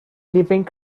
living